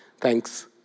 Thanks